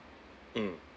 mm